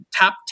top